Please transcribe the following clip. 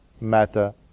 matter